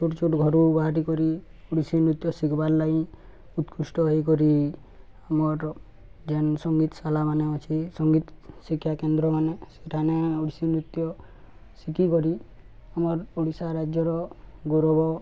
ଛୋଟ ଛୋଟ ଘରୁ ବାହାର କରି ଓଡ଼ିଶୀ ନୃତ୍ୟ ଶିଖ୍ବାର୍ ଲାଗି ଉତ୍କୃଷ୍ଟ ହେଇକରି ଆମର ଯେନ୍ ସଙ୍ଗୀତ ଶାଳାମାନେ ଅଛି ସଙ୍ଗୀତ ଶିକ୍ଷାକେନ୍ଦ୍ର ମାନେ ସେଠାମାନେ ଓଡ଼ିଶୀ ନୃତ୍ୟ ଶିଖିିକରି ଆମର୍ ଓଡ଼ିଶା ରାଜ୍ୟର ଗୌରବ